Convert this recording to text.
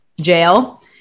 jail